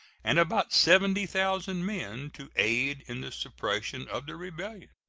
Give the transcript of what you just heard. and about seventy thousand men, to aid in the suppression of the rebellion.